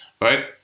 right